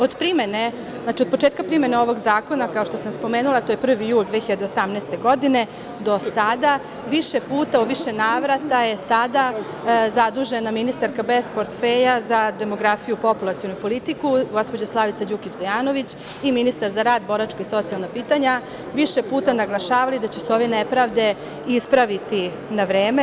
Od početka primene ovog zakona, kao što sam spomenula, to je 1. jul 2018. godine, do sada više puta, u više navrata su tada zadužena ministarka bez portfelja, za demografiju i populacionu politiku, gospođa Slavica Đukić Dejanović i ministar za rad, boračka i socijalna pitanja naglašavali da će se ove nepravde ispraviti na vreme.